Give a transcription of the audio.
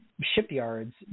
shipyards